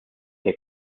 que